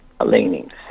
leanings